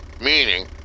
Meaning